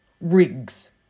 Rigs